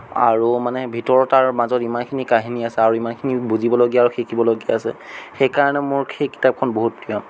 আৰু মানে ভিতৰত আৰু মাজত ইমানখিনি কাহিনী আছে আৰু ইমানখিনি বুজিবলগীয়া আৰু শিকিবলগীয়া আছে সেইকাৰণে মোৰ সেই কিতাপখন বহুত প্ৰিয়